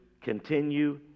continue